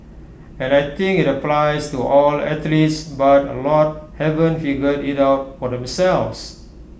and I think IT applies to all athletes but A lot haven't figured IT out for themselves